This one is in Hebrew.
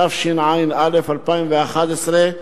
התשע"א 2011,